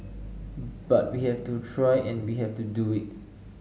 but we have to try and we have to do it